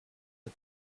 and